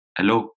Hello